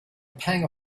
pang